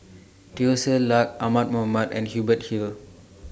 Teo Ser Luck Ahmad Mattar and Hubert Hill